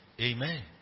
Amen